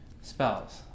spells